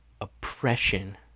oppression